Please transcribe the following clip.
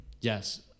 Yes